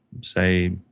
say